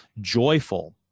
joyful